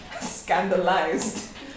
scandalized